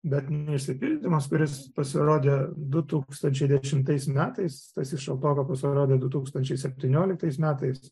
bet išsipildymas kuris pasirodė du tūkstančiai dešimtais metais stasys šaltoka pasirodė du tūkstančiai septynioliktais metais